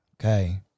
Okay